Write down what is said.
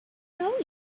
know